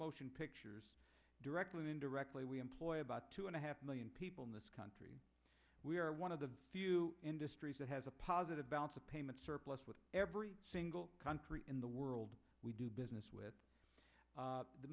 motion pictures directly or indirectly we employ about two and a half million people in this country we are one of the few industries that has a positive balance of payments surplus with every single country in the world we do business with